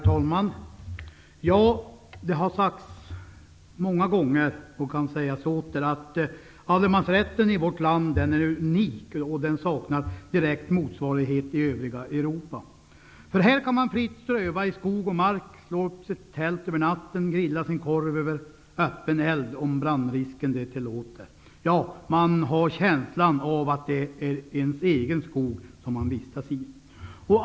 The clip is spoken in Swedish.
Herr talman! Det har sagts många gånger, och det kan sägas åter: Allemansrätten i vårt land är unik, och den saknar direkt motsvarighet i övriga Europa. Här kan man fritt ströva i skog och mark, slå upp sitt tält över natten och grilla sin korv över öppen eld om brandrisken det tillåter. Man har känslan av att det är ens egen skog man vistas i.